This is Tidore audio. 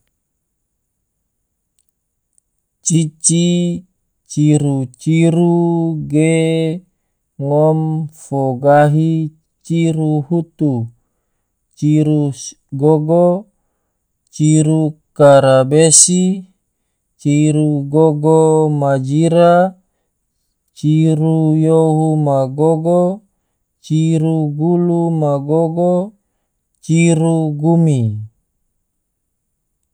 Cici ciru-ciru ge ngom fo gahi ciru hutu, ciru gogo, ciru karabesi, ciru gogo ma jira, ciru yohu ma gogo, ciru gulu ma gogo, ciru gumi.